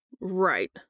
Right